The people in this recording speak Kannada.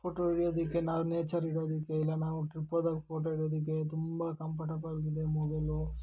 ಫೋಟೊ ಹಿಡಿಯೋದಕ್ಕೆ ನಾವು ನೇಚರ್ ಹಿಡಿಯೋದಕ್ಕೆ ಇಲ್ಲ ನಾವು ಟ್ರಿಪ್ ಹೋದಾಗ್ ಫೋಟೊ ಹಿಡಿಯೋದಕ್ಕೆ ತುಂಬ ಕಂಫರ್ಟೆಬಲ್ ಇದೆ ಮೊಬೈಲು